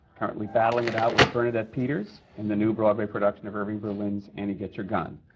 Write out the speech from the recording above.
currently battling it out with bernadette peters in the new broadway production of irving berlin's annie get your gun.